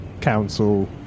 council